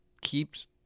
Keeps